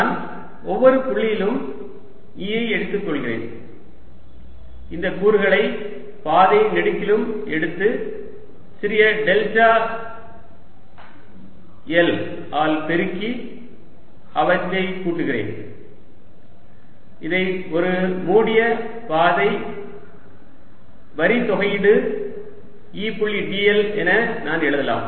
நான் ஒவ்வொரு புள்ளியிலும் E ஐ எடுத்து கொள்கிறேன் இந்த கூறுகளை பாதை நெடுகிலும் எடுத்து சிறிய டெல்டா l ஆல் பெருக்கி அவற்றை கூட்டுகிறேன் இதை ஒரு மூடிய பாதை வரி தொகையீடு E புள்ளி dl என நான் எழுதலாம்